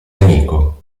nemico